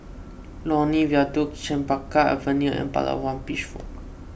Lornie Viaduct Chempaka Avenue and Palawan Beach Walk